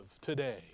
today